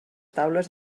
taules